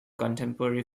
contemporary